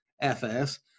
FS